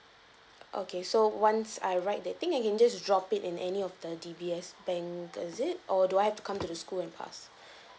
okay so once I write that thing I can just drop it in any of the D_B_S bank is it or do I have to come to the school and pass